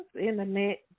Internet